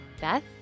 Beth